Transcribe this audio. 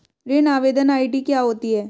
ऋण आवेदन आई.डी क्या होती है?